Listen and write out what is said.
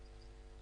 זה היה ברור לנו.